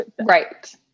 Right